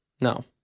No